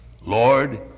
Lord